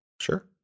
Sure